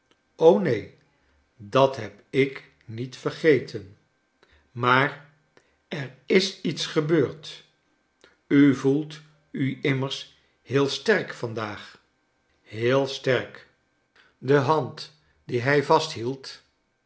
neen dat heb ik niet vergeten maar er is iets gebeurd u voelt u immers heel sterk vandaag heel sterk de hand die hij vasthield